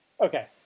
okay